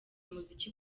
umuziki